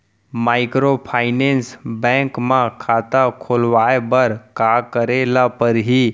Microfinance bank म खाता खोलवाय बर का करे ल परही?